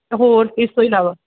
ਹੋਰ ਇਸ ਤੋਂ ਇਲਾਵਾ